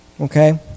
Okay